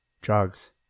drugs